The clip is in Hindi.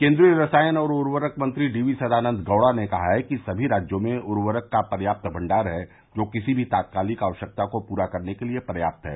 केन्द्रीय रसायन और उर्वरक मंत्री डीवी सदानंद गौड़ा ने कहा है कि सभी राज्यों में उर्वरक का पर्याप्त भंडार है जो किसी भी तात्कालिक आवश्यकता को पूरा करने के लिए पर्याप्त है